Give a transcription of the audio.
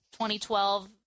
2012